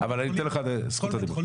אבל אני אתן לך את זכות הדיבור.